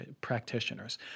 practitioners